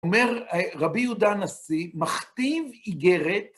אומר רבי יהודה הנשיא, מכתיב איגרת,